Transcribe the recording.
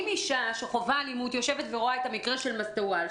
אם אישה שחווה אלימות יושבת ורואה את המקרה של מסטוואל,